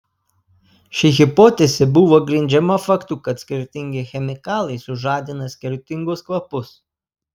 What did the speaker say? ši hipotezė buvo grindžiama faktu kad skirtingi chemikalai sužadina skirtingus kvapus